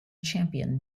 champion